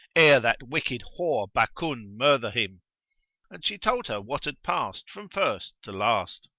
ere that wicked whore bakun murther him and she told her what had passed from first to last.